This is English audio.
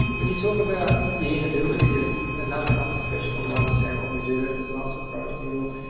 when you talk about the inability of another health professional to understand what we do, that does not surprise me at all.